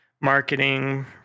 marketing